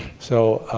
so,